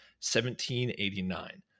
1789